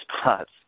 spots